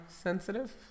sensitive